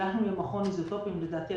נצטרך להקים מכון איזוטופים לדעתי,